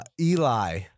Eli